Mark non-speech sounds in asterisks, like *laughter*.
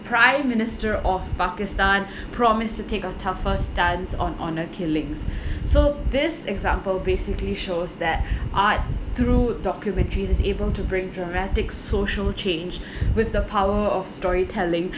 prime minister of pakistan *breath* promised to take a tougher stance on honor killings *breath* so this example basically shows that *breath* art through documentaries is able to bring dramatic social change *breath* with the power of storytelling *breath*